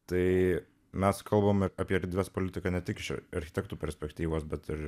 tai mes kalbame apie erdvės politiką ne tik šių architektų perspektyvos bet ir